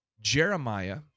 Jeremiah